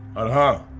and